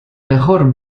mejor